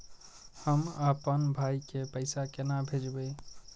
हम आपन भाई के पैसा केना भेजबे?